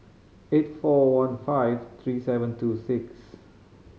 eight four one five three seven two six